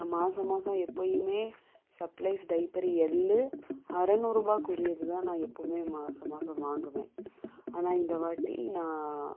நான் மாசம் மாசம் எப்போயுமே சப்ளைஸ் டைப்பர் எல்லு அறநூறுபாக்கு உரியதுதான் நான் எப்போவுமே மாசம் மாசம் வாங்குவேன் ஆனால் இந்த வாட்டி நான்